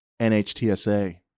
NHTSA